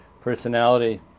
personality